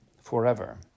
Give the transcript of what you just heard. forever